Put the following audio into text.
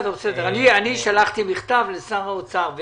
שלחתי מכתב לשר האוצר,